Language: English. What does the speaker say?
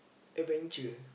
adventure